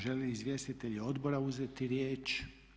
Žele li izvjestitelji odbora uzeti riječ?